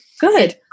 Good